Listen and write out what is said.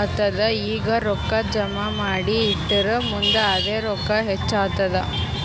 ಆತ್ತುದ್ ಈಗ ರೊಕ್ಕಾ ಜಮಾ ಮಾಡಿ ಇಟ್ಟುರ್ ಮುಂದ್ ಅದೇ ರೊಕ್ಕಾ ಹೆಚ್ಚ್ ಆತ್ತುದ್